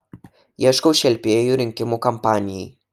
ieškau šelpėjų rinkimų kampanijai